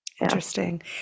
Interesting